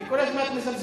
היא כל הזמן מזלזלת.